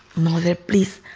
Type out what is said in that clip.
mother, please.